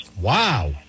Wow